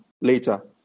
later